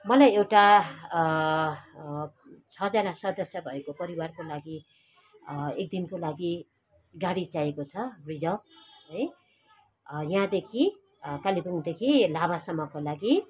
मलाई एउटा छजना सदस्य भएको परिवारको लागि एक दिनको लागि गाडी चाहिएको छ रिजर्भ है यहाँदेखि कालिम्पोङदेखि लाभासम्मको लागि